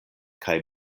kaj